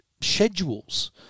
schedules